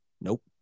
Nope